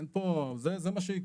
זה מה שיקרה.